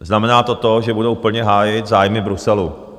Znamená to to, že budou plně hájit zájmy Bruselu.